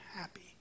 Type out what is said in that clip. happy